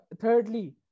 Thirdly